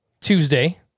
Tuesday